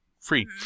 free